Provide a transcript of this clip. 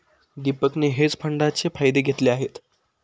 दीपकने हेज फंडाचे फायदे घेतले आहेत